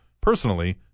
Personally